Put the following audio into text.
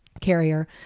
carrier